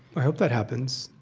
i hope that happens.